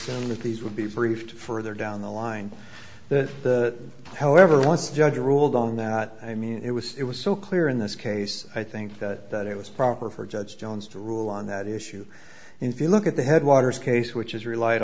that these would be briefed further down the line that the however once judge ruled on that i mean it was it was so clear in this case i think that it was proper for judge jones to rule on that issue and if you look at the headwaters case which is relied